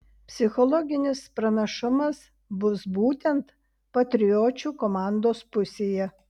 psichologinis pranašumas bus būtent patriočių komandos pusėje